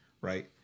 right